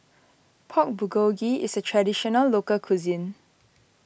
Pork Bulgogi is a Traditional Local Cuisine